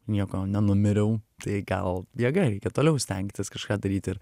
nieko nenumiriau tai gal jėga toliau stengtis kažką daryti ir